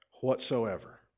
whatsoever